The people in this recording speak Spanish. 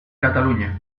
cataluña